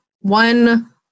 one